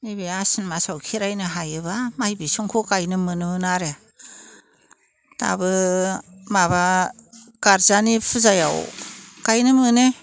नैबे आसिन मासाव खेराइनो हायोबा माइ बिसंखौ गायनो मोनोमोन आरो दाबो माबा गारजानि फुजायाव गायनो मोनो